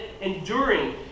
enduring